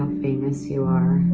famous you are,